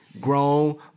Grown